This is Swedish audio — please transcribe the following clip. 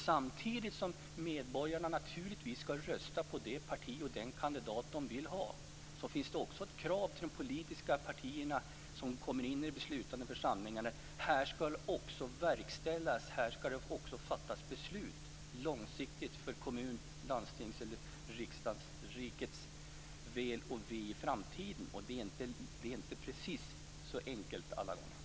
Samtidigt som medborgarna naturligtvis skall rösta på det parti och på den kandidat som de vill ha finns det också ett krav på de politiska partier som kommer in i de beslutande församlingarna om att här skall också verkställas och fattas beslut långsiktigt för kommunens, landstingets eller rikets väl och ve i framtiden, och det är inte precis så enkelt alla gånger.